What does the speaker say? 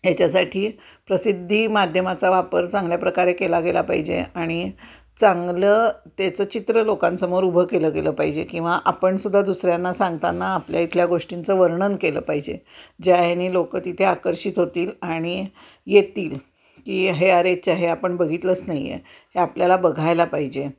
याच्यासाठी प्रसिद्धी माध्यमाचा वापर चांगल्या प्रकारे केला गेला पाहिजे आणि चांगलं त्याचं चित्र लोकांसमोर उभं केलं गेलं पाहिजे किंवा आपणसुद्धा दुसऱ्यांना सांगताना आपल्या इथल्या गोष्टींचं वर्णन केलं पाहिजे ज्या ह्यानी लोकं तिथे आकर्षित होतील आणि येतील की हे अरेच्च्या हे आपण बघितलंच नाही आहे हे आपल्याला बघायला पाहिजे